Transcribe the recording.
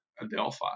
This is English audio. Adelphi